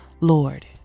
Lord